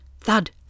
Thud